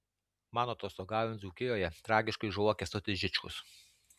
man atostogaujant dzūkijoje tragiškai žuvo kęstutis žičkus